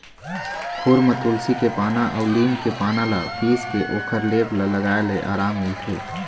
खुर म तुलसी के पाना अउ लीम के पाना ल पीसके ओखर लेप ल लगाए ले अराम मिलथे